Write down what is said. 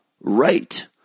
right